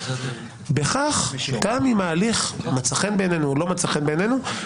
גם אם ההליך מצא חן בעינינו או לא מצא חן בעינינו,